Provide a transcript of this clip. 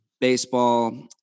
baseball